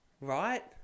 right